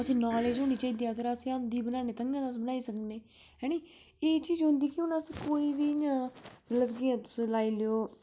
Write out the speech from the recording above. असेंई नालेज होनी चाहिदी अगर असें औंदी बनाने ताईं गै अस बनाई सकनें हैनी एह् चीज होंदी कि अस कोई बी इ'यां लाई लेओ